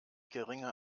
geringer